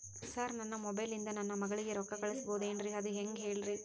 sir ನನ್ನ mobile ಇಂದ ನನ್ನ ಮಗಳಿಗೆ ರೊಕ್ಕಾ ಕಳಿಸಬಹುದೇನ್ರಿ ಅದು ಹೆಂಗ್ ಹೇಳ್ರಿ